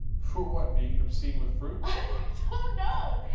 for what, being obscene with fruit? i don't so know,